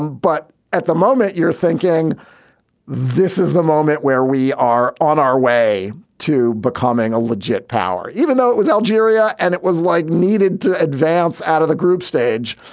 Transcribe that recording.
um but at the moment, you're thinking this is the moment where we are on our way to becoming a logit power, even though it was algeria and it was like needed to advance out of the group stage.